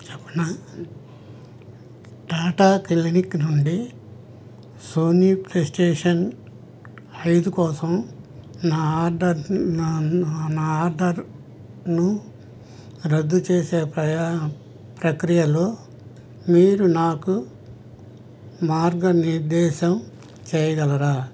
చెప్పనా టాటా క్లీనిక్ నుండి Sony PlayStation ఐదు కోసం నా ఆర్డర్ నా నా నా ఆర్డర్ను రద్దు చేసే ప్రయా ప్రక్రియలో మీరు నాకు మార్గనిర్దేశం చేయగలరా